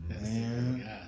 Man